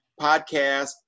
podcast